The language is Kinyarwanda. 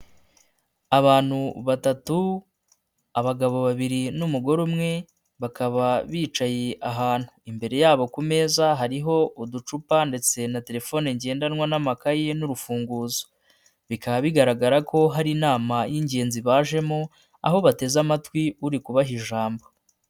Abantu batatu abagabo babiri n'umugore umwe, bakaba bicaye ahantu. Imbere yabo ku meza hariho uducupa ndetse na telefone ngendanwa n'amakaye n'urufunguzo. Bikaba bigaragara ko hari inama y'ingenzi bajemo, aho bateze amatwi uri kubaha ijambo.